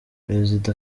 perezida